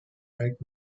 rights